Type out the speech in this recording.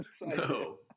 No